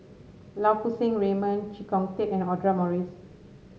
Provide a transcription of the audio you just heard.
Lau Poo Seng Raymond Chee Kong Tet and Audra Morrice